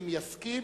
אם יסכים,